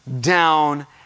down